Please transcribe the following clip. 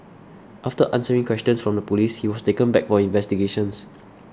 after answering questions from the police he was taken back for investigations